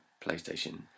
PlayStation